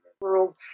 world